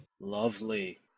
lovely